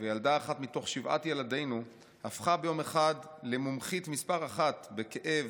ילדה אחת מתוך שבעת ילדינו הפכה ביום אחד למומחית מספר אחת בכאב,